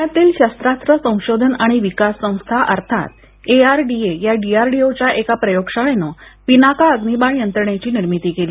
पुण्यातील शस्त्रास्त्र संशोधन आणि विकास संस्था अर्थात एआरडीए या डीआरडीओच्या एका प्रयोगशाळेने पिनाका अग्नीबाण यंत्रणेची निर्मिती केली